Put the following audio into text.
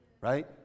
Right